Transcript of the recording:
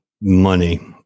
money